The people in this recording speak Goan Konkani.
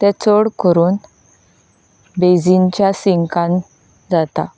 ते चड करून बॅझीनच्या सिंकांत जाता